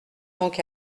donc